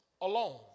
alone